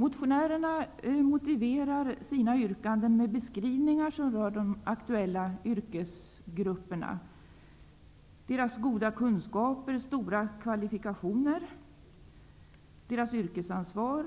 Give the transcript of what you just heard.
Motionärerna motiverar sina yrkanden med beskrivningar som rör de aktuella yrkesgrupperna -- deras goda kunskaper, deras stora kvalifikationer och deras yrkesansvar.